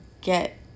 get